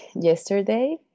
yesterday